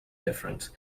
difference